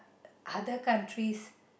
other countries